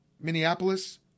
Minneapolis